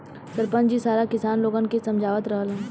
सरपंच जी सारा किसान लोगन के समझावत रहलन